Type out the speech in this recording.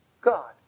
God